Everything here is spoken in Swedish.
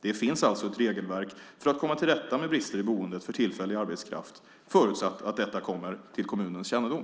Det finns alltså ett regelverk för att komma till rätta med brister i boendet för tillfällig arbetskraft, förutsatt att detta kommer till kommunens kännedom.